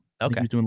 Okay